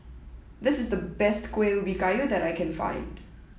this is the best Kueh Ubi Kayu that I can find